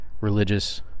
religious